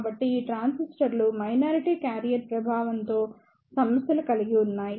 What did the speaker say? కాబట్టి ఈ ట్రాన్సిస్టర్లు మైనారిటీ క్యారియర్ ప్రభావం తో సమస్యలు కలిగి ఉన్నాయి